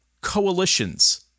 coalitions